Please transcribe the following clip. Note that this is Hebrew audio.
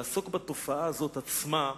לעסוק בתופעה הזאת עצמה,